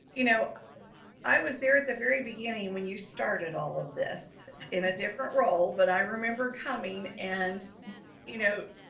you know i was there at the very beginning when you started all of this in a different role, but i remember coming and you know,